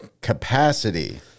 capacity